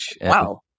Wow